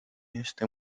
este